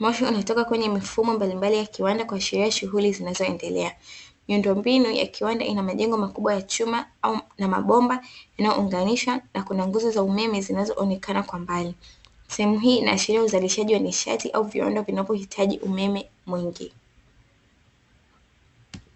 moshi unatoka kwenye mifumo mbalimbali ya kiwanda kuashiria shughuli zinazoendelea. Miundombinu ya kiwanda ina majengo makubwa ya chuma na mabomba inayounganisha na kuna nguzo za umeme zinazo onekana kwa mbali. Sehemu hii inaashiria uzalishaji wa nishati au viwanda vinavyohitaji umeme mwingi.